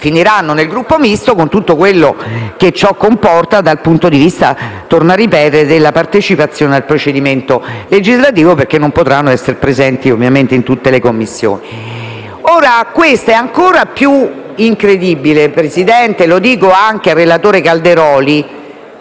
finiranno nel Gruppo Misto, con tutto quello che ciò comporta dal punto di vista della partecipazione al procedimento legislativo, non potendo essere presenti in tutte le Commissioni. Questo è ancora più incredibile, signor Presidente, e lo dico anche al relatore Calderoli